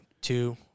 two